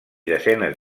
desenes